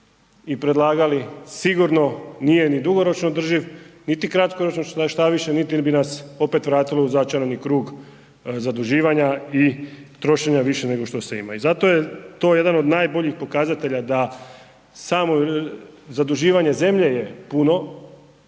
i predlagali sigurno nije ni dugoročno održiv niti kratkoročno, štoviše niti bi nas opet vratilo u začarani krug zaduživanja i trošenja više nego što se ima. I zato je to jedan od najboljih pokazatelja da samo zaduživanje zemlje je puno